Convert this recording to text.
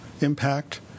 impact